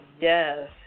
Yes